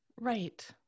Right